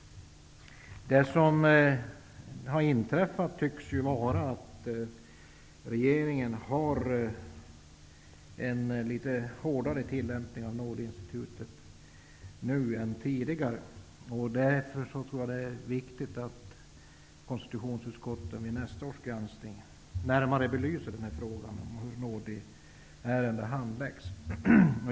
Det som har inträffat tycks vara att regeringen nu är hårdare än tidigare i bedömningen när man tillämpar nådeinstitutet. Därför tror jag att det är viktigt att konstitutionsutskottet vid nästa års granskning närmare belyser frågan om hur nådeärenden handläggs.